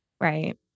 Right